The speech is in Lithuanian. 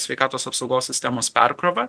sveikatos apsaugos sistemos perkrovą